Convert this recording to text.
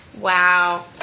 Wow